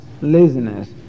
laziness